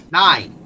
nine